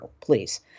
please